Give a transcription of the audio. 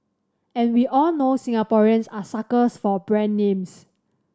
and we all know Singaporeans are suckers for brand names